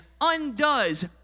undoes